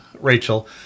Rachel